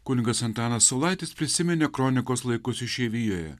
kunigas antanas saulaitis prisiminė kronikos laikus išeivijoje